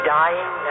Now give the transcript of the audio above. dying